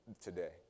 today